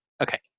okay